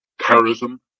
terrorism